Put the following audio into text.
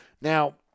Now